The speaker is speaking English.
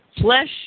Flesh